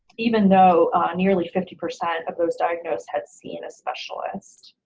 even though nearly fifty percent of those diagnosed had seen a specialist.